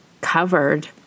covered